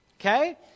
okay